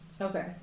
okay